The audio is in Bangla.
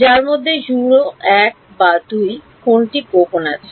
যার মধ্যে 0 1 বা 2 কোনটি গোপন আছে